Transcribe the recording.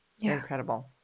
incredible